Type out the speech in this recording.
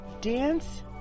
dance